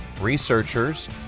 researchers